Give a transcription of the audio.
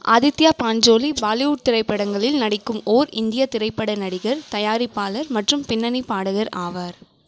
ஆதித்யா பாஞ்சோலி பாலிவுட் திரைப்படங்களில் நடிக்கும் ஓர் இந்தியத் திரைப்பட நடிகர் தயாரிப்பாளர் மற்றும் பின்னணி பாடகர் ஆவார்